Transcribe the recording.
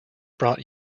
brought